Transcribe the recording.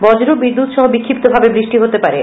বজ্র বিদ্যুৎ সহ বিষ্কিপ্ত ভাবে বৃষ্টি হতে পারে